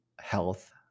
health